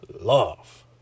love